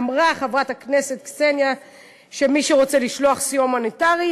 אמרה חברת הכנסת קסניה שמי שרוצה לשלוח סיוע הומניטרי,